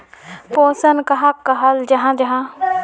पोषण कहाक कहाल जाहा जाहा?